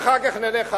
ואחר כך, נלך הלאה.